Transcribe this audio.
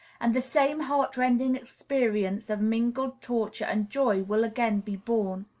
and the same heart-rending experience of mingled torture and joy will again be borne.